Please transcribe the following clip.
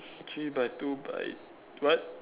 three by two by what